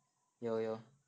有有